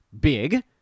big